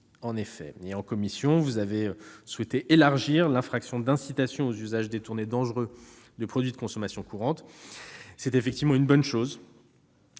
produits. En commission, vous avez élargi l'infraction d'incitation aux usages détournés dangereux de produits de consommation courante. C'est une bonne chose,